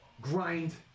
grind